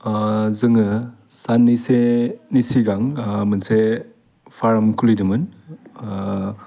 जोङो साननैसेनि सिगां मोनसे फार्म खुलिदोंमोन